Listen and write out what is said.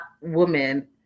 woman